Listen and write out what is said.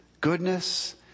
Goodness